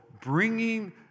bringing